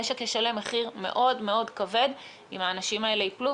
המשק ישלם מחיר מאוד מאוד כבד אם האנשים האלה ייפלו,